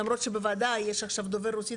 למרות שבוועדה יש עכשיו דובר רוסית,